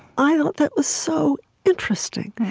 i thought that was so interesting.